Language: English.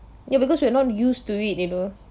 ya because we're not used to it you know